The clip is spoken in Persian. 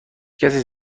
کسی